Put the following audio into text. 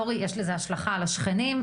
יש לזה השלכה על השכנים,